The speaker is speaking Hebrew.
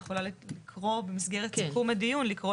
היא יכולה במסגרת סיכום הדיון לקרוא